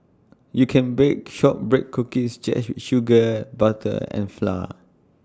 you can bake Shortbread Cookies just with sugar butter and flour